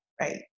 right